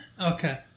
Okay